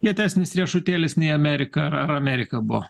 kietesnis riešutėlis nei amerika ar ar amerika buvo